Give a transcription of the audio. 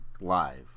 live